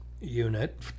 unit